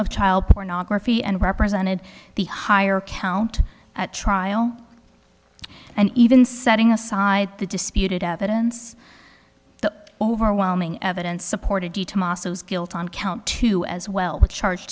of child pornography and represented the higher count at trial and even setting aside the disputed evidence the overwhelming evidence supported guilt on count two as well the charge